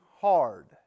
hard